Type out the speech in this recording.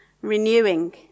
renewing